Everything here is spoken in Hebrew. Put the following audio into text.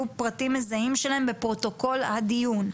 פרטים מזהים שלהם בפרוטוקול הדין.